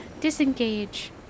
disengage